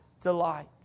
delight